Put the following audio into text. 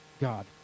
God